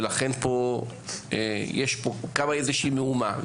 ולכן קמה פה איזו שהיא מהומה.